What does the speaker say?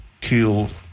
killed